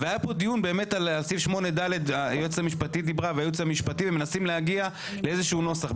היה דיון על סעיף 8ד ומנסים עכשיו להגיע לאיזשהו נוסח.